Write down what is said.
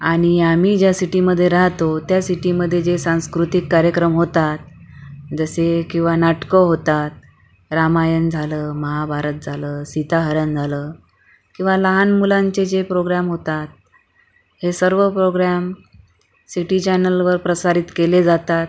आणि आम्ही ज्या सिटीमध्ये राहतो त्या सिटीमध्ये जे सांस्कृतिक कार्यक्रम होतात जसे किंवा नाटकं होतात रामायण झालं महाभारत झालं सीताहरण झालं किंवा लहान मुलांचे जे प्रोग्रॅम होतात हे सर्व प्रोग्रॅम सिटी चॅनेलवर प्रसारित केले जातात